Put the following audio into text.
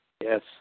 Yes